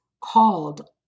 called